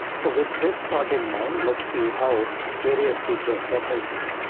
so with this thought in mind, let's see how various features can help us.